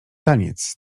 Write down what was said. taniec